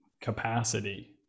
capacity